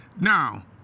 Now